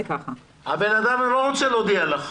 הוא לא רוצה להודיע לך.